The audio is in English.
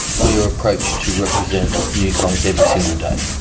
we are approached to represent new clients every single day.